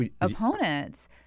opponents